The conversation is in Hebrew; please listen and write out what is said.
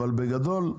אבל בגדול,